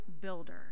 builder